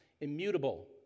Immutable